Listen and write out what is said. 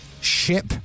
ship